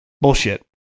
Bullshit